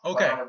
Okay